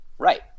Right